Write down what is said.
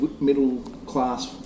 middle-class